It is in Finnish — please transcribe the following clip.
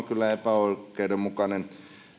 kyllä epäoikeudenmukainen